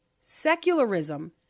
Secularism